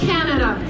Canada